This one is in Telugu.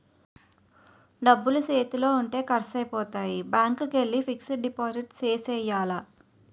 డబ్బులు సేతిలో ఉంటే ఖర్సైపోతాయి బ్యాంకికెల్లి ఫిక్సడు డిపాజిట్ సేసియ్యాల